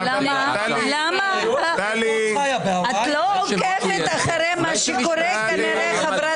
את לא עוקבת אחרי מה שקורה כנראה.